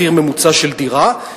מחיר ממוצע של דירה.